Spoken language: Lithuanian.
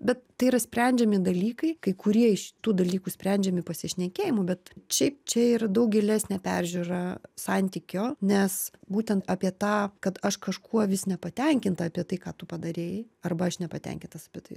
bet tai yra sprendžiami dalykai kai kurie iš tų dalykų sprendžiami pasišnekėjimu bet šiaip čia ir daug gilesnė peržiūra santykio nes būtent apie tą kad aš kažkuo vis nepatenkinta apie tai ką tu padarei arba aš nepatenkintas bet